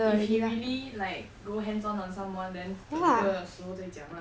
if he really like go hands on on someone then 等那个时候再讲 lah